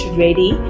ready